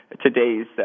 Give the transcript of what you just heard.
Today's